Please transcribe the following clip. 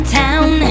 town